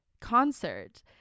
concert